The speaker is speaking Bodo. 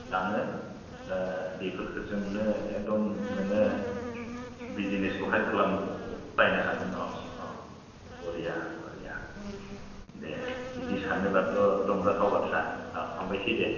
लाङो बेफोरजोंनो एकदम नोङो बिज्सनेसखौहाय खालामनोबो बहुद बायनो हागोन औ औ बरिया बरिया दे बिदि सानोब्लाथ' रंजाथाव बाथ्रा औ हामबायसै दे